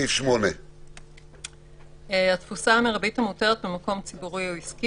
8. התפוסה המרבית המותרת במקום ציבורי או עסקי.